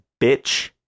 bitch